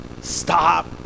stop